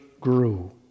grew